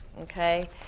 okay